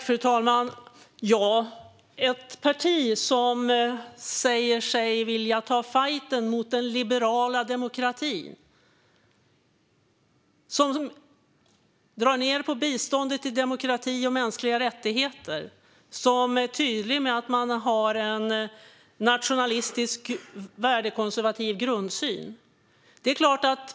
Fru talman! Det här är ett parti som säger sig vilja ta fajten mot den liberala demokratin, som drar ned på biståndet till demokrati och mänskliga rättigheter, som är tydligt med att det har en nationalistisk, värdekonservativ grundsyn.